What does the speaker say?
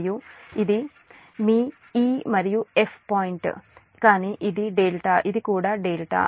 మరియు ఇది మీ E మరియు F పాయింట్ కానీ ఇది ∆ ఇది కూడా డెల్టా